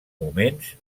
moments